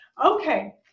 Okay